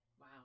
wow